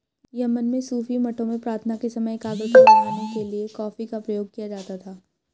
Yemen में सूफी मठों में प्रार्थना के समय एकाग्रता बढ़ाने के लिए कॉफी का प्रयोग किया जाता था